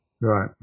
Right